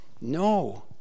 No